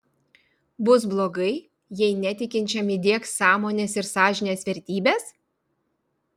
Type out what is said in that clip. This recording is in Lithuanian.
bus blogai jei netikinčiam įdiegs sąmonės ir sąžinės vertybes